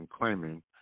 claiming